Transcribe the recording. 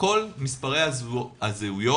כל מספרי הזהות